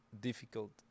difficult